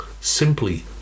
simply